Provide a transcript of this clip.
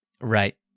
Right